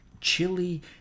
chili